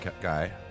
guy